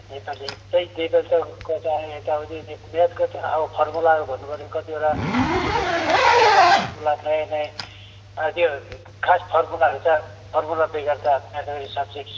नेपाली तै नेपाली त कता यताउति म्याथको त अब फर्मुलाहरू भन्नुपऱ्यो कतिवटा के गर्नु कतिवटा फर्मुला नयाँ नयाँ अब त्यो खास फर्मुलाहरू त फर्मुला बेगर त म्याथम्याटिक्स सब्टेक्ट्स